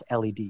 LED